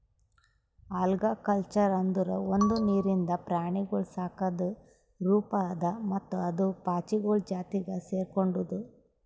algaculture ಅಂದುರ್ ಒಂದು ನೀರಿಂದ ಪ್ರಾಣಿಗೊಳ್ ಸಾಕದ್ ರೂಪ ಅದಾ ಮತ್ತ ಅದು ಪಾಚಿಗೊಳ್ ಜಾತಿಗ್ ಸೆರ್ಕೊಂಡುದ್